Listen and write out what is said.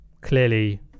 Clearly